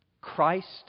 Christ